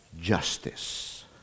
justice